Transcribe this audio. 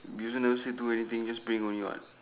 also never say do anything just bring only what